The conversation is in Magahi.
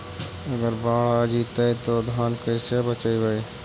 अगर बाढ़ आ जितै तो धान के कैसे बचइबै?